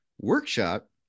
workshop